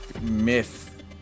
Myth